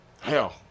hell